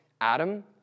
Adam